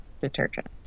detergent